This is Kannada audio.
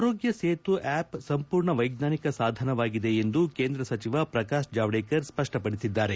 ಆರೋಗ್ಯ ಸೇತು ಆಪ್ ಸಂಪೂರ್ಣ ವೈಜ್ಞಾನಿಕ ಸಾಧನವಾಗಿದೆ ಎಂದು ಕೇಂದ್ರ ಸಚಿವ ಪ್ರಕಾಶ್ ಜಾವಡೇಕರ್ ಸ್ಪ ್ಟಪಡಿಸಿದ್ದಾರೆ